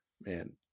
man